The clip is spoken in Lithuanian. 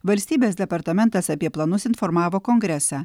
valstybės departamentas apie planus informavo kongresą